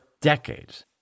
decades